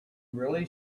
really